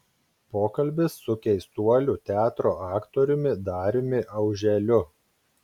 pokalbis su keistuolių teatro aktoriumi dariumi auželiu